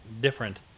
different